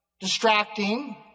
distracting